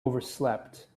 overslept